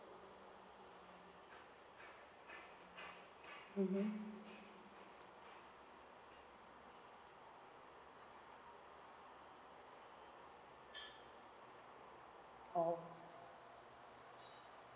mmhmm orh